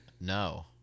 No